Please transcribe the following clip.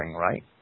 right